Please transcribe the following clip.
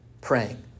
praying